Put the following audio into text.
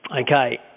Okay